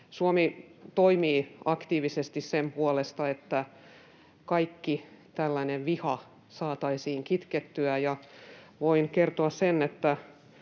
Suomi toimii aktiivisesti sen puolesta, että kaikki tällainen viha saataisiin kitkettyä. Ja voin kertoa sen, että